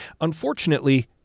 Unfortunately